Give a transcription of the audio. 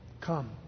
Come